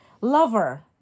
lover